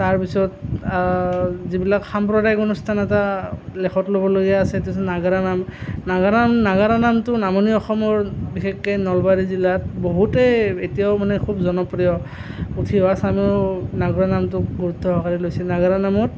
তাৰ পিছত যিবিলাক সাম্প্ৰদায়িক অনুষ্ঠান এটা লেখত ল'বলগীয়া আছিল সেইটো হ'ল নাগাৰা নাম নাগাৰা নাগাৰা নামটো নামনি অসমৰ বিশেষকৈ নলবাৰী জিলাত বহুতেই এতিয়াও মানে খুব জনপ্ৰিয় উঠি অহা চামেও নাগাৰা নামটো গুৰুত্বসহকাৰে লৈছে নাগাৰা নামৰ